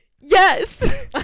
Yes